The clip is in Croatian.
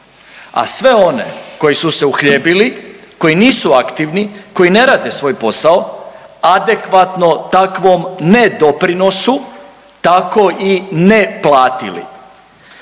a sve one koji su se uhljebili, koji nisu aktivni, koji ne rade svoj posao a-de-kva-tno takvom ne doprinosu tako i ne platili.